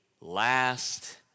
last